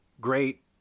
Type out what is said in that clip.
great